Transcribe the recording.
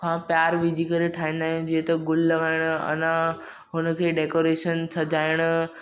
खां प्यार विझी करे ठाहिंदा आहियूं जीअं त गुल हणणु अन हुनखे डेकॉरेशन सजाइण